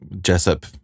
Jessup